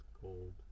cold